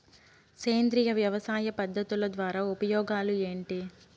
సేంద్రియ వ్యవసాయ పద్ధతుల ద్వారా ఉపయోగాలు ఏంటి?